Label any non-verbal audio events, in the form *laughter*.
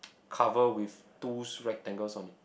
*noise* cover with two s~ rectangles on it